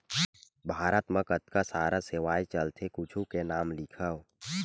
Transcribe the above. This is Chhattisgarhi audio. भारत मा कतका सारा सेवाएं चलथे कुछु के नाम लिखव?